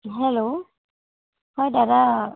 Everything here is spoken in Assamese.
হেল্ল' হয় দাদা